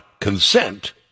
consent